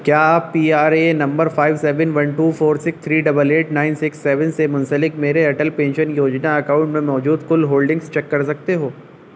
کیا آپ P R A number five seven one two four six three double eight nine six seven سے منسلک میرے Atal pension Yojana account میں موجود کل ہولڈنگس چیک کر سکتے ہو